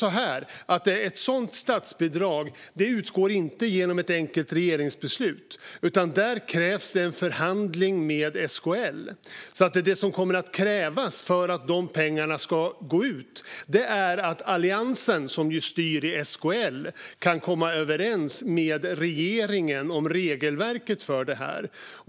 Ett sådant statsbidrag utgår inte genom ett enkelt regeringsbeslut, utan där krävs det en förhandling med SKL. Det som kommer att krävas för att de pengarna ska gå ut är att Alliansen, som ju styr i SKL, kan komma överens med regeringen om regelverket för det.